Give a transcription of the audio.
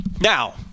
Now